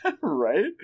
Right